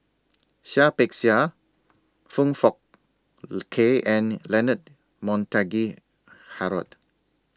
Seah Peck Seah Foong Fook Kay and Leonard Montague Harrod